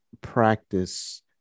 practice